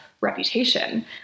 reputation